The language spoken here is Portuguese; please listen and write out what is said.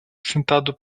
sentado